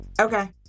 Okay